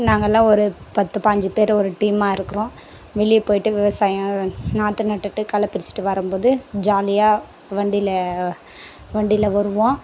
நாங்கெல்லாம் ஒரு பத்து பாஞ்சி பேர் ஒரு டீமாக இருக்கிறோம் வெளியே போயிவிட்டு விவசாயம் நாற்று நட்டுவிட்டு களைப்பறிச்சிட்டு வரும்போது ஜாலியாக வண்டியில வண்டியில வருவோம்